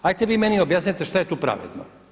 Hajte vi meni objasnite što je tu pravedno?